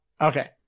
Okay